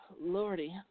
Lordy